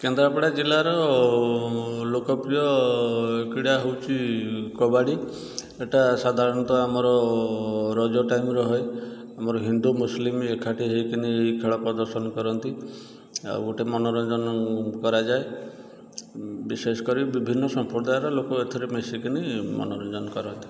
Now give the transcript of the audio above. କେନ୍ଦ୍ରାପଡ଼ା ଜିଲ୍ଲାର ଲୋକପ୍ରିୟ କ୍ରୀଡ଼ା ହେଉଛି କବାଡ଼ି ଏଇଟା ସାଧାରଣତଃ ଆମର ରଜ ଟାଇମ୍ରେ ହୁଏ ଆମର ହିନ୍ଦୁ ମୁସଲିମ୍ ଏକାଠି ହେଇକିନି ଏ ଖେଳ ପ୍ରଦର୍ଶନ କରନ୍ତି ଆଉ ଗୋଟିଏ ମନୋରଞ୍ଜନ କରାଯାଏ ବିଶେଷ କରି ବିଭିନ୍ନ ସମ୍ପ୍ରଦାୟ ର ଲୋକ ଏଥର ମିଶିକିନି ମନୋରଞ୍ଜନ କରନ୍ତି